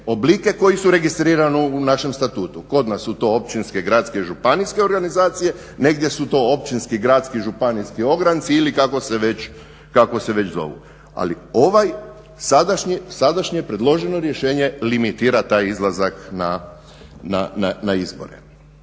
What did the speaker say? oblike koji su registrirani u našem statutu. Kod nas su to općinske, gradske, županijske organizacije, negdje su to općinski, gradski, županijski ogranci ili kako se već zovu. Ali ovaj sadašnje predloženo rješenje limitira taj izlazak na izbore.